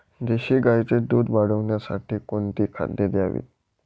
देशी गाईचे दूध वाढवण्यासाठी कोणती खाद्ये द्यावीत?